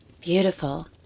Beautiful